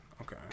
Okay